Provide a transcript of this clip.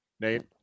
Nate